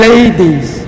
Ladies